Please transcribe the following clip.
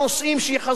את ההסתדרות,